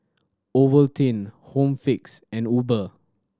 Ovaltine Home Fix and Uber